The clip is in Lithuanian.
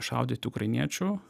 šaudyti ukrainiečių